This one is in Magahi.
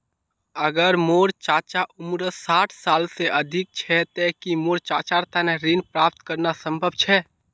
अगर मोर चाचा उम्र साठ साल से अधिक छे ते कि मोर चाचार तने ऋण प्राप्त करना संभव छे?